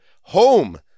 home